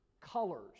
colors